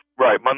Right